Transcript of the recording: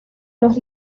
los